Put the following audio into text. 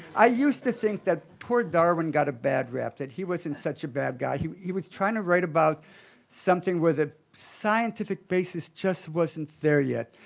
i used to think that poor darwin got a bad rep, that he wasn't such a bad guy. he he was trying to write about something where the scientific basis just wasn't there yet.